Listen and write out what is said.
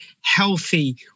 healthy